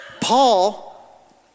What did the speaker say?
Paul